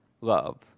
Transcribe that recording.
love